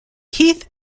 keith